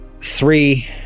three